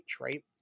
right